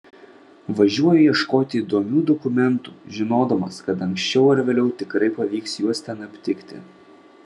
važiuoju ieškoti įdomių dokumentų žinodamas kad anksčiau ar vėliau tikrai pavyks juos ten aptikti